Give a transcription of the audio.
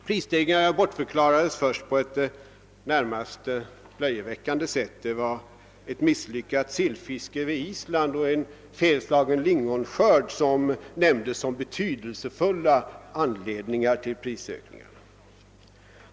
Prisstegringarna bortförklarades först på ett nästan löjeväckande sätt: det var ett misslyckat sillfiske på Island och en felslagen lingonskörd som nämndes som betydelsefulla anledningär till prishöjningarna.